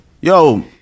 Yo